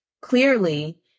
clearly